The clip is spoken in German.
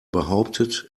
behauptet